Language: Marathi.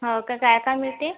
हो का काय काय मिळते